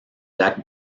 lac